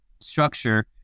structure